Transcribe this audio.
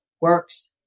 works